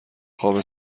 خواب